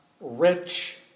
rich